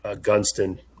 Gunston